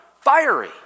Fiery